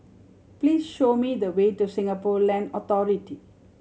please show me the way to Singapore Land Authority